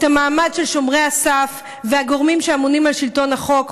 את המעמד של שומרי הסף והגורמים שאמונים על שלטון החוק,